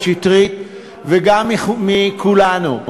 גם מחבר הכנסת שטרית וגם מכולנו: